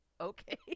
okay